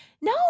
No